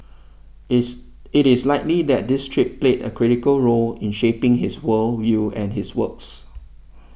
is it is likely that this trip played a critical role in shaping his world view and his works